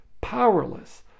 powerless